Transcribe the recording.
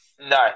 No